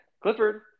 Clifford